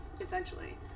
essentially